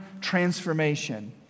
transformation